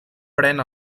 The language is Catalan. pren